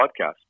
podcast